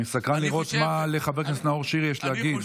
אני סקרן לראות מה לחבר כנסת נאור שירי יש להגיד.